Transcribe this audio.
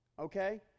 Okay